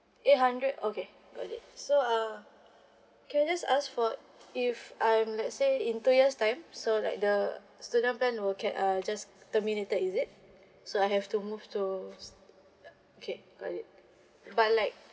eight hundred okay got it so uh can I just ask for if I'm let's say in two years time so like the student plan will get uh just terminated is it so I have to move to okay got it but like